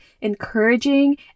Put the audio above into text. encouraging